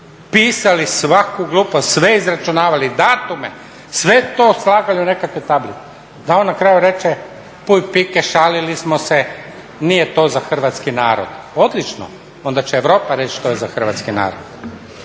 pisali svaku glupost, sve izračunavali, datume, sve to slagali u nekakve tablice, da on na kraju reče, … šalili smo se, nije to za hrvatski narod. Odlično, onda će Europa reći što je za hrvatski narod.